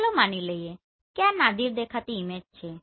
ચાલો માની લઈએ કે આ નાદિર દેખાતી ઈમેજ છે